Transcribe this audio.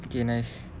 okay nice